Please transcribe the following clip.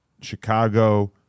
Chicago